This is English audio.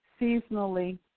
seasonally